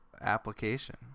application